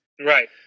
Right